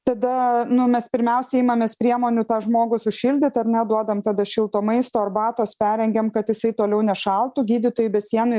tada nu mes pirmiausia imamės priemonių tą žmogų sušildyt ar ne duodam tada šilto maisto arbatos perrengiam kad jisai toliau nešaltų gydytojai be sienų